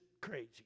crazy